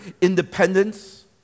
independence